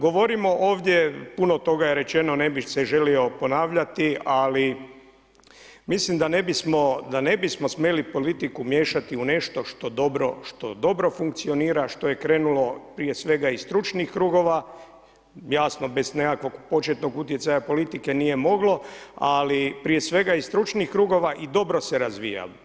Govorimo ovdje, puno toga je rečeno, ne bih se želio ponavljati, ali mislim da ne bismo smjeli politiku miješati u nešto što dobro funkcionira, što je krenulo prije svega iz stručnih krugova, jasno bez nekakvog početnog utjecaja politike nije moglo, ali prije svega iz stručnih krugova i dobro se razvija.